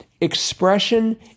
expression